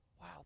wow